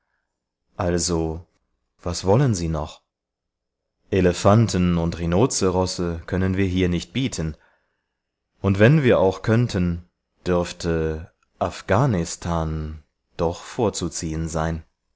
also was wollen sie noch elefanten und rhinozerosse können wir hier nicht bieten und wenn wir auch könnten dürfte afghanistan doch vorzuziehen sein